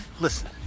Listen